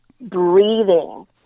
breathing